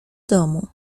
domu